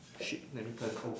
shit let me turn oh